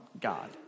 God